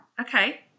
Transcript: okay